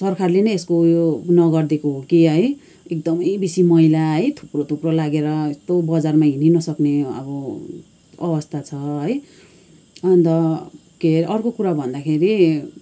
सरकारले नै यसको उयो नगरिदिएको हो कि है एकदमै बेसी मैला है थुप्रो थुप्रो लागेर यस्तो बजारमा हिँड्नै नसक्ने अब अवस्था छ है अन्त के अरे अर्को कुरा भन्दाखेरि